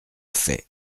fait